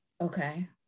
Okay